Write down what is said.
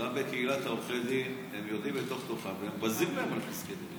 גם בקהילת עורכי הדין הם יודעים בתוך-תוכם והם בזים להם על פסקי דין.